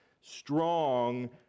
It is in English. strong